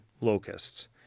locusts